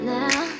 now